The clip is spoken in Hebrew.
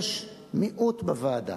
הם מיעוט בוועדה.